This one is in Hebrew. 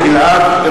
(קורא בשמות חברי הכנסת) גלעד ארדן,